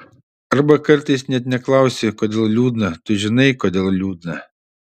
arba kartais net neklausi kodėl liūdna tu žinai kodėl liūdna